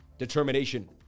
determination